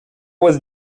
was